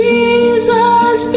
Jesus